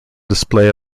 display